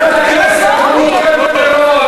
חברת הכנסת רות קלדרון,